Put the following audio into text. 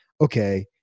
okay